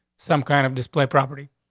some kind of display property.